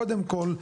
קודם כל,